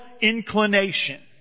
inclination